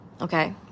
Okay